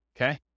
okay